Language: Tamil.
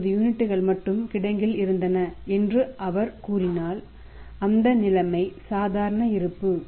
150 யூனிட்டுகள் மட்டுமே கிடங்கில் இருந்தன என்று அவர் கூறினாள் அந்த நிலைமை சாதாரண இருப்பு